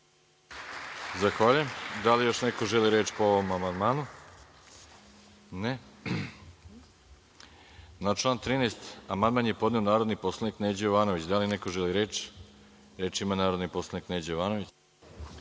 Zahvaljujem. Da li još neko želi reč po ovom amandmanu? (Ne)Na član 13. amandman je podneo narodni poslanik Neđo Jovanović. Da li neko želi reč? Reč ima narodni poslanik Neđo Jovanović.